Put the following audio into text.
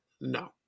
no